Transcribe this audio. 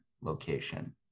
location